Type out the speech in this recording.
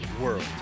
world